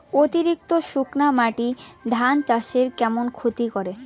অতিরিক্ত শুকনা মাটি ধান চাষের কেমন ক্ষতি করে?